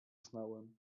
znałem